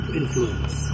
influence